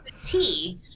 tea